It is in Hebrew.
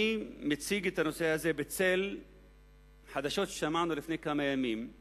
אני מציג את הנושא הזה בצל חדשות ששמענו לפני כמה ימים על